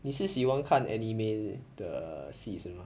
你是喜欢看 anime 的戏是吗